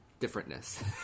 differentness